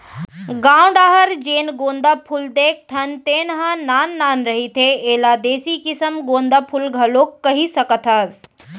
गाँव डाहर जेन गोंदा फूल देखथन तेन ह नान नान रहिथे, एला देसी किसम गोंदा फूल घलोक कहि सकत हस